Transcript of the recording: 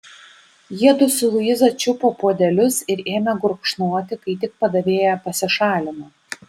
jiedu su luiza čiupo puodelius ir ėmė gurkšnoti kai tik padavėja pasišalino